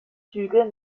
züge